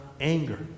anger